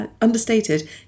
understated